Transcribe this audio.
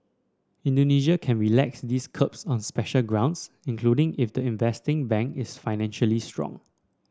Indonesia can relax these curbs on special grounds including if the investing bank is financially strong